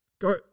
Go